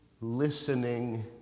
listening